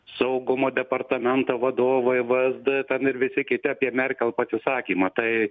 saugumo departamento vadovai vsd ten ir visi kiti apie merkel pasisakymą tai